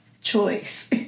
choice